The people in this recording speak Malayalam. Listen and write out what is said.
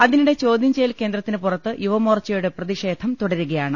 അതിനിടെ ചോദ്യം ചെയ്യൽ കേന്ദ്രത്തിന് പുറത്ത് യുവമോർച്ചയുടെ പ്രതിഷേധം തുടരുക യാണ്